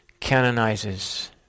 canonizes